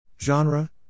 Genre